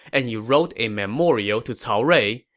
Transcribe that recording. and he wrote a memorial to cao rui.